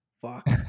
Fuck